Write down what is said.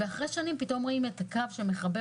ואחרי שנים פתאום רואים את הקו שמחבר